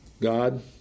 God